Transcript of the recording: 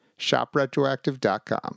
ShopRetroactive.com